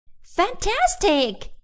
Fantastic